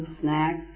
snacks